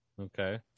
Okay